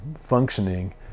functioning